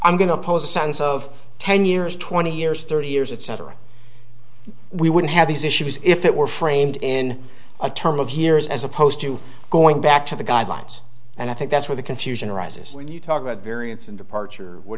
impose a sentence of ten years twenty years thirty years etc we wouldn't have these issues if it were framed in a term of years as opposed to going back to the guidelines and i think that's where the confusion arises when you talk about variance and departure what